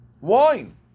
wine